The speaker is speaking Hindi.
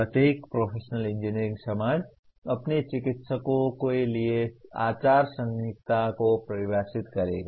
प्रत्येक प्रोफेशनल इंजीनियरिंग समाज अपने चिकित्सकों के लिए आचार संहिता को परिभाषित करेगा